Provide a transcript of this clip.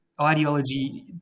ideology